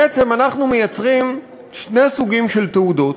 בעצם אנחנו מייצרים שני סוגים של תעודות.